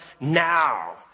now